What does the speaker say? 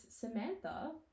Samantha